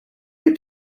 are